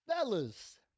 Fellas